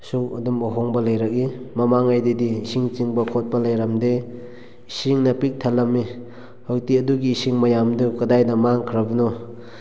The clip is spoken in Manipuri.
ꯁꯨ ꯑꯗꯨꯝ ꯑꯍꯣꯡꯕ ꯂꯩꯔꯛꯏ ꯃꯃꯥꯡꯉꯩꯗꯗꯤ ꯏꯁꯤꯡ ꯆꯤꯡꯕ ꯈꯣꯠꯄ ꯂꯩꯔꯝꯗꯦ ꯏꯁꯤꯡꯅ ꯄꯤꯛ ꯊꯜꯂꯝꯏ ꯍꯧꯖꯤꯛꯇꯤ ꯑꯗꯨꯒꯤ ꯏꯁꯤꯡ ꯃꯌꯥꯝꯗꯣ ꯀꯗꯥꯏꯗ ꯃꯥꯡꯈ꯭ꯔꯕꯅꯣ